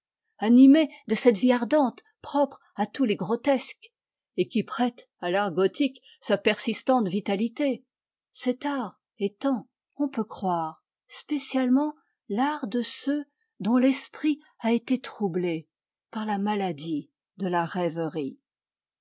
animés de cette vie ardente propre à tous les grotesques et qui prête à l'art gothique sa persistante vitalité cet art étant on peut croire spécialement l'art de ceux dont l'esprit a été troublé par la maladie de la rêverie